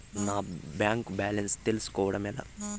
నా bank balance తెలుస్కోవడం ఎలా?